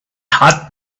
had